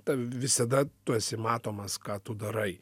tave visada tu esi matomas ką tu darai